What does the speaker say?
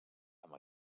amb